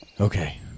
okay